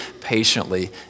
patiently